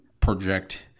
project